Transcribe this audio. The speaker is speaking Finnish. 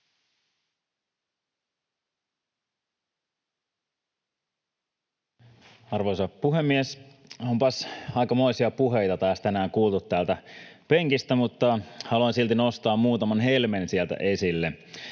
Arvoisa puhemies! Onpas aikamoisia puheita taas tänään kuultu täältä penkistä, mutta haluan silti nostaa muutaman helmen esille.